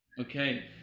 Okay